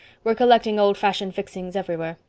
we're collecting old-fashioned fixings everywhere.